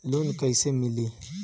Loan कइसे मिली?